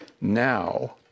now